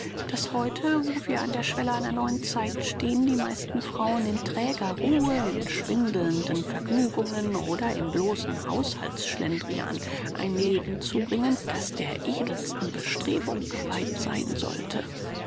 daß heute wo wir an der schwelle einer neuen zeit stehen die meisten frauen in träger ruhe in schwindelnden vergnügungen oder im bloßen haushaltungsschlendrian ein leben zubringen das der edelsten bestrebung geweiht sein sollte